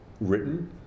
written